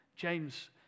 James